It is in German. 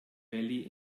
valley